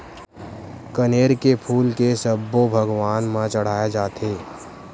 कनेर के फूल के सब्बो भगवान म चघाय जाथे